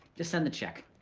just send the check.